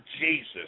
Jesus